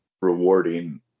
rewarding